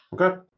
Okay